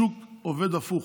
השוק עובד הפוך,